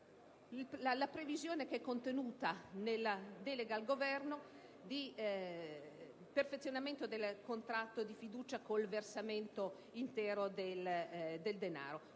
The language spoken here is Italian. la previsione contenuta nella delega al Governo di perfezionamento del contratto di fiducia con il versamento intero del denaro: